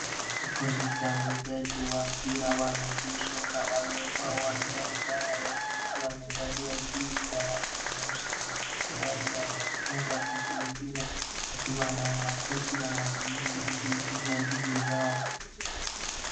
Kikosi cha wachezaji wa mpira wa miguu soka, waliokuwa uwanjani baada ya mechi, wamevalia jezi ya rangi nyeusi yenye mistari ya machungwa huku wengine wakiwa na makoti ya mazoezi dhidi juu ya jezi zao.